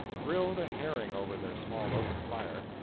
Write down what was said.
grilled a herring over their small open fire,